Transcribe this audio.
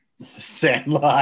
Sandlot